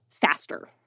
faster